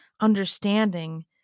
understanding